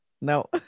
no